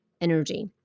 energy